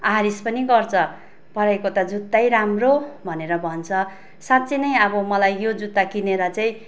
आरिस पनि गर्छ पराइको त जुत्तै राम्रो भनेर भन्छ साँच्चै नै अब मलाई यो जुत्ता किनेर चाहिँ